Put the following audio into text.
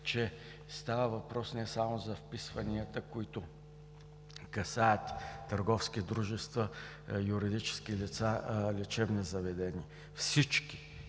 че става въпрос не само за вписванията, които касаят търговски дружества и юридически лица, лечебни заведения – всички